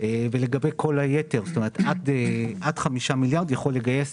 ולגבי כל היתר, עד 5 מיליארד יכול לגייס